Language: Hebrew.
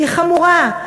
והיא חמורה,